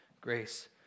grace